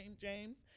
James